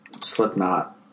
Slipknot